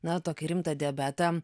na tokį rimtą diabetą